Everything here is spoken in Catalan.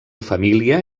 família